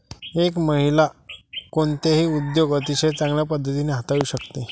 एक महिला कोणताही उद्योग अतिशय चांगल्या पद्धतीने हाताळू शकते